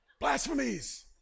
Blasphemies